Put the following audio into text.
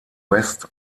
west